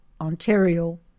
Ontario